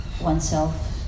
oneself